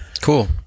Cool